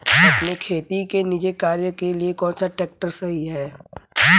अपने खेती के निजी कार्यों के लिए कौन सा ट्रैक्टर सही है?